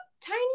tiny